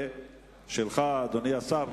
התקבלה, ונעביר אותה לדיון בוועדת הכלכלה.